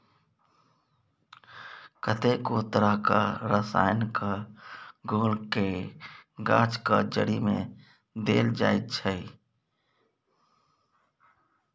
कतेको तरहक रसायनक घोलकेँ गाछक जड़िमे देल जाइत छै